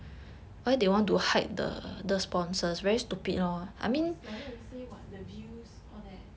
cause like what you say what the views all that